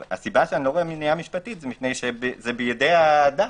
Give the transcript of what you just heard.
אני לא רואה מניעה משפטית כי זה בידי האדם,